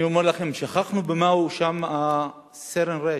אני אומר לכם, שכחנו במה הואשם סרן ר',